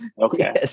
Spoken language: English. Okay